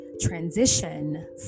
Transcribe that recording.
transition